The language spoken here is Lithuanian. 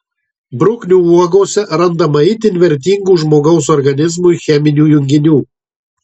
bruknių uogose randama itin vertingų žmogaus organizmui cheminių junginių